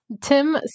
Tim